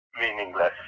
meaningless